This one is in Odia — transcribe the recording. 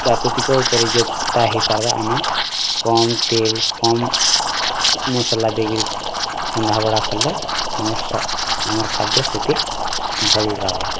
ପ୍ରାକୃତିକ ତାହା ହେଇପାରବା ଆମେ କମ୍ ତେଲ୍ କମ୍ ମସଲା ଦେଇକିରି ରନ୍ଧାବଢ଼ା କଲେ ଆମର୍ ଆମର୍ ଖାଦ୍ୟ ସେତେ ଭଲ ରହବା